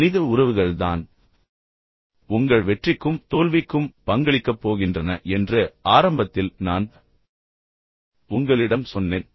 மனித உறவுகள்தான் உங்கள் வெற்றிக்கும் தோல்விக்கும் பங்களிக்கப் போகின்றன என்று ஆரம்பத்தில் நான் உங்களிடம் சொன்னேன்